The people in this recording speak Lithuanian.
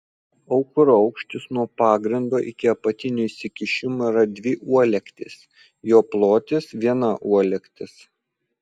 aukuro aukštis nuo pagrindo iki apatinio išsikišimo yra dvi uolektys jo plotis viena uolektis